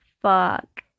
fuck